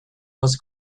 was